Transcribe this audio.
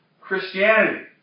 Christianity